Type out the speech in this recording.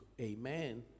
amen